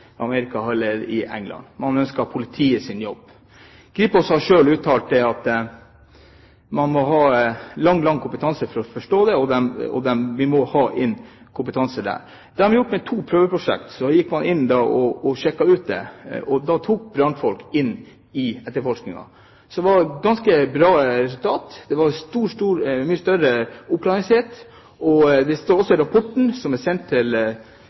man har i Amerika eller i England – det skulle være politiets jobb. Kripos har selv uttalt at man må ha lang, lang kompetanse for å forstå det, og de ville ha inn kompetanse der. De har hatt to prøveprosjekter, og man gikk inn og sjekket det ut og tok brannfolk inn i etterforskningen. Det var ganske bra resultater, det var mye større oppklaringsprosent, og det stod også i rapporten, som er sendt til